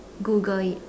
Google it